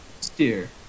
Steer